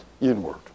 Inward